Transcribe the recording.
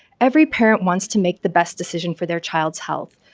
every parent wants to make the best decision for their child's health.